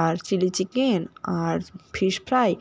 আর chilli chicken আর fish fry